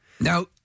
Now